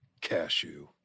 cashew